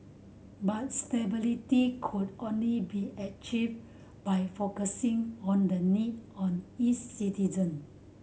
but stability could only be achieved by focusing on the need on its citizen